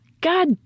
God